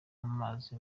amazi